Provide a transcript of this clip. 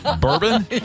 bourbon